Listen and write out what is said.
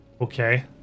Okay